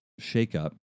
shakeup